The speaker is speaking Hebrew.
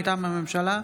מטעם הממשלה: